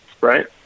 right